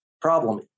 problem